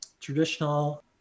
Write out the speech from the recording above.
traditional